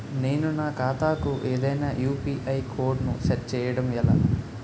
నేను నా ఖాతా కు ఏదైనా యు.పి.ఐ కోడ్ ను సెట్ చేయడం ఎలా?